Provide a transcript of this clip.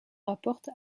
rapporte